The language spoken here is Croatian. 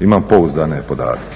Imam pouzdane podatke.